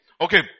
okay